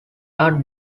are